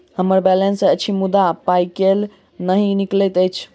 हम्मर बैलेंस अछि मुदा पाई केल नहि निकलैत अछि?